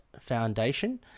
Foundation